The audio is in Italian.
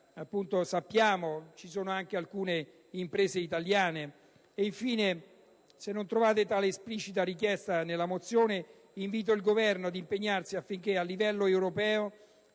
sappiamo, ce ne sono anche alcune italiane? Ed infine, anche se non trovate tale esplicita richiesta nella mozione, invito il Governo ad impegnarsi affinché a livello europeo